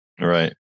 Right